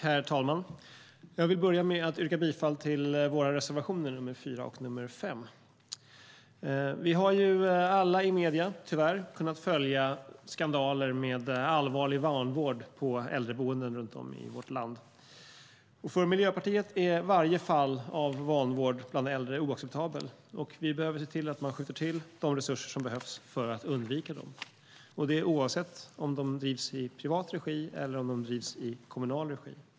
Herr talman! Jag vill börja med att yrka bifall till våra reservationer nr 4 och nr 5. Vi har alla i medierna kunnat följa skandaler med allvarlig vanvård på äldreboenden runt om i vårt land. För Miljöpartiet är varje fall av vanvård bland äldre oacceptabelt, och vi behöver därför se till att man skjuter till de resurser som behövs för att undvika dem, oavsett om boendena drivs i privat eller kommunal regi.